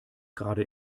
gerade